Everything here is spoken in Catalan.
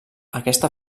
aquesta